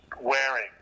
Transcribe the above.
wearing